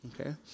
Okay